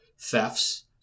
thefts